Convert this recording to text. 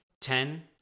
Ten